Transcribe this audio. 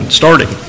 starting